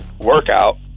workout